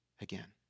again